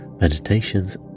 meditations